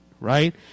right